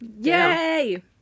Yay